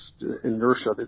inertia